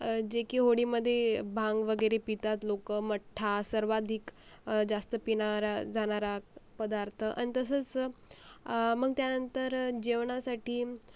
जे की होळीमध्ये भांग वगैरे पितात लोक मठ्ठा सर्वाधिक जास्त पिणारा जाणारा पदार्थ आणि तसंच मग त्यानंतर जेवणासाठी